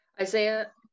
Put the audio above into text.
Isaiah